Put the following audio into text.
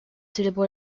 célèbre